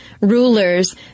rulers